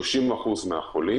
שבערך 30% מהחולים,